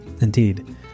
Indeed